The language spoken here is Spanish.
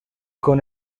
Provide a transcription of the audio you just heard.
con